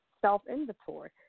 self-inventory